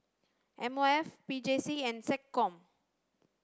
M O F P J C and SecCom